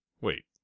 Wait